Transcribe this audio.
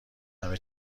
همه